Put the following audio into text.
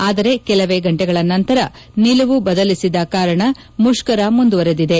ಆದರೆ ಕೆಲವೇ ಗಂಟೆಗಳ ನಂತರ ನಿಲುವು ಬದಲಿಸಿದ ಕಾರಣ ಮುಷ್ಕರ ಮುಂದುವರಿದಿದೆ